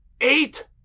Eight